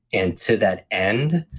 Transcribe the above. and to that end,